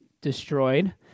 destroyed